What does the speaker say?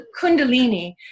kundalini